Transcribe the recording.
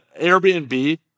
Airbnb